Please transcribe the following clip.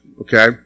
Okay